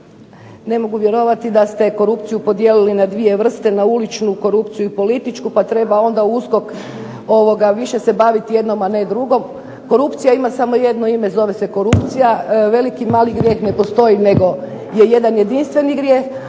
ne mogu vjerovati da ste korupciju podijelili na 2 vrste, na uličnu korupciju i političku pa treba onda USKOK više se baviti jednom, a ne drugom. Korupcija ima samo jedno ime, zove se korupcija. Veliki i mali grijeh ne postoji nego je jedan jedinstveni grijeh.